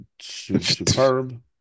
Superb